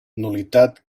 nul·litat